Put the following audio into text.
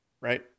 right